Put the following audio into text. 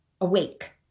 awake